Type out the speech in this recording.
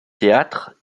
théâtre